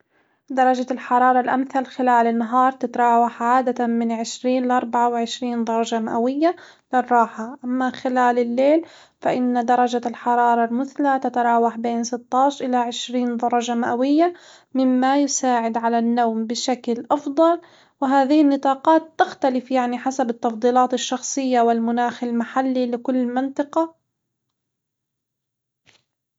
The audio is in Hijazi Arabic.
درجة الحرارة الأمثل خلال النهار تتراوح عادة من عشرين لأربعة وعشرين درجة مئوية للراحة، أما خلال الليل فإن درجة الحرارة المثلى تتراوح بين ستاش إلى عشرين درجة مئوية، مما يساعد على النوم بشكل أفضل وهذه النطاقات تختلف يعني حسب التفضيلات الشخصية والمناخ المحلي لكل منطقة.